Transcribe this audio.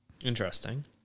Interesting